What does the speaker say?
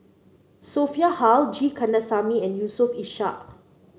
Sophia Hull G Kandasamy and Yusof Ishak